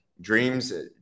dreams